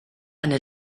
eine